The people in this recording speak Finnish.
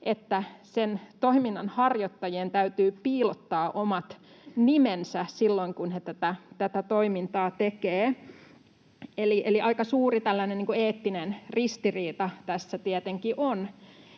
että sen toiminnan harjoittajien täytyy piilottaa omat nimensä silloin, kun he tätä toimintaa tekevät. Eli aika suuri tällainen eettinen ristiriita tässä tietenkin on.